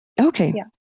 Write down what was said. Okay